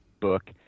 book